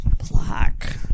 Black